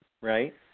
Right